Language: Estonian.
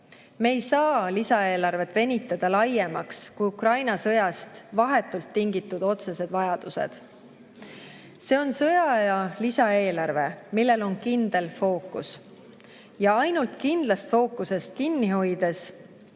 Me ei saa lisaeelarvet venitada laiemaks, kui on Ukraina sõjast vahetult tingitud otsesed vajadused. See on sõjaaja lisaeelarve, millel on kindel fookus. Ainult kindlast fookusest kinni hoides